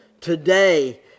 Today